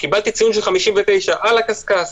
קיבלתי ציון של 59, על הקשקש,